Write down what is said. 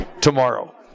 tomorrow